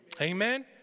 Amen